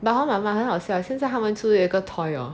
but hor 妈妈很好笑 leh 他们出一个 toy hor